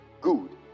Good